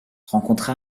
rencontra